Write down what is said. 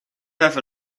have